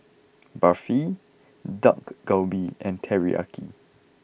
Barfi Dak Galbi and Teriyaki